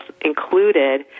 included